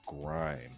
grime